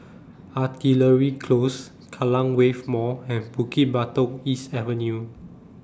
Artillery Close Kallang Wave Mall and Bukit Batok East Avenue